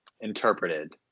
interpreted